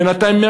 בינתיים,